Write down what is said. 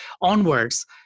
onwards